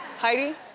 heidi,